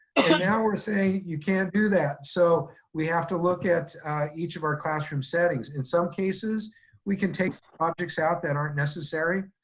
now we're saying you can't do that. so we have to look at each of our classroom settings. in some cases we can take objects out that aren't necessary,